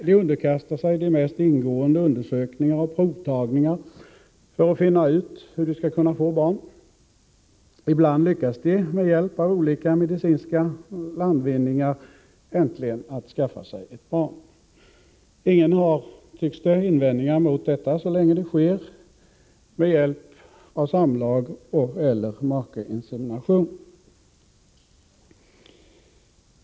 De underkastar sig de mest ingående undersökningar och provtagningar för att finna ut hur de skall kunna få barn. Ibland lyckas de med hjälp av olika medicinska landvinningar att skaffa sig barn. Det tycks inte som om någon har några invändningar mot detta så länge det sker med hjälp av samlag eller makeinsemination.